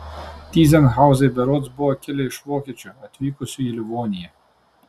tyzenhauzai berods buvo kilę iš vokiečių atvykusių į livoniją